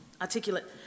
articulate